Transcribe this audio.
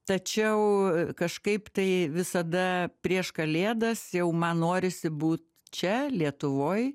tačiau kažkaip tai visada prieš kalėdas jau man norisi būt čia lietuvoj